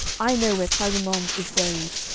i know where clarimonde is buried.